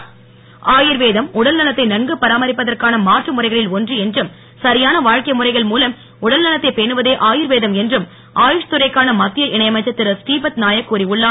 ஆயுர்வேதம் ஆயுர்வேதம் உடல் நலத்தை நன்கு பராமரிப்பதற்கான மாற்று முறைகளில் ஒன்று என்றும் சரியான வாழ்க்கை முறைகள் மூலம் உடல் நலத்தைப் பேணுவதே ஆயுர்வேதம் என்றும் ஆயுஷ் துறைக்கான மத்திய இணை அமைச்சர் திரு ஸ்ரீபத் நாயக் கூறி உள்ளார்